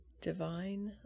divine